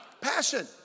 Passion